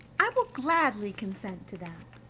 i will gladly consent to that.